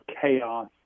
chaos